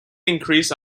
increase